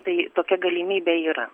tai tokia galimybė yra